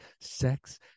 Sex